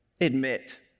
admit